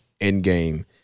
Endgame